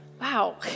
wow